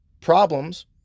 Problems